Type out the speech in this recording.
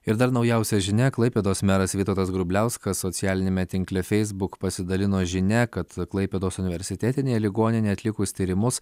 ir dar naujausia žinia klaipėdos meras vytautas grubliauskas socialiniame tinkle facebook pasidalino žinia kad klaipėdos universitetinėje ligoninėje atlikus tyrimus